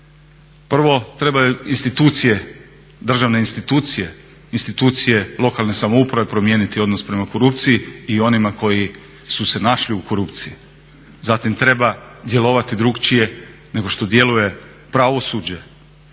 Prvo trebaju institucije, državne institucije, institucije lokalne samouprave promijeniti odnos prema korupciji i onima koji su se našli u korupciji. Zatim treba djelovati drukčije nego što djeluje pravosuđe,